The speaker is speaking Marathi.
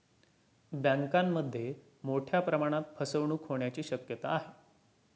बँकांमध्ये मोठ्या प्रमाणात फसवणूक होण्याची शक्यता आहे